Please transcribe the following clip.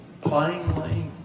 plainly